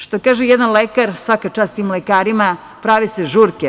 Što kaže jedan lekar, svaka čast tim lekarima, prave se žurke.